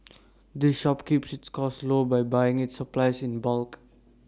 the shop keeps its costs low by buying its supplies in bulk